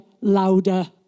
louder